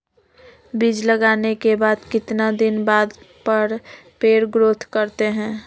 बीज लगाने के बाद कितने दिन बाद पर पेड़ ग्रोथ करते हैं?